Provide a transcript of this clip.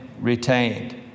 retained